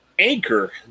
Anchor